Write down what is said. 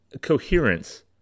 coherence